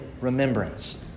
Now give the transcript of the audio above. remembrance